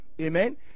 Amen